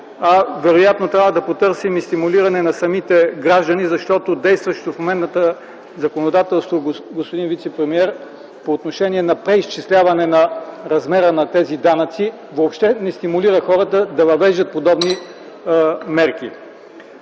Вероятно трябва да потърсим и стимулиране на самите граждани, защото действащото в момента законодателство, господин вицепремиер, по отношение на преизчисляване на размера на тези данъци въобще не стимулира хората да въвеждат подобни мерки.